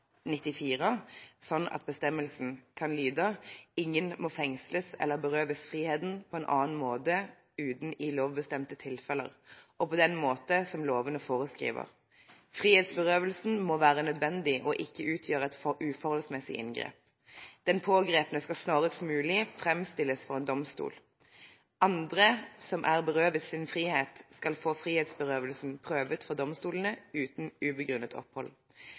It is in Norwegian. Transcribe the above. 94, slik at bestemmelsen skal lyde: «Ingen må fengsles eller berøves friheten på annen måte uten i lovbestemte tilfeller og på den måte som lovene foreskriver. Frihetsberøvelsen må være nødvendig og ikke utgjøre et uforholdsmessig inngrep. Den pågrepne skal snarest mulig fremstilles for en domstol. Andre som er berøvet sin frihet, kan få frihetsberøvelsen prøvet for domstolene uten ugrunnet opphold.